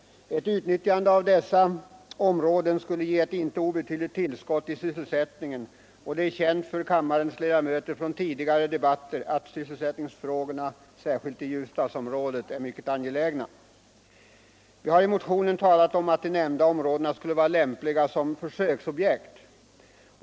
Ett utnyttjande av dessa områden skulle ge ett inte obetydligt tillskott i sysselsättningen, och " det är känt för kammarens ledamöter från tidigare debatter att sysselsätt ningsfrågorna särskilt i Ljusdalsområdet är mycket angelägna. Vi har i motionen påpekat att de nämnda områdena skulle vara lämpliga som försöksobjekt.